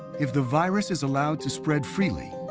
if the virus is allowed to spread freely,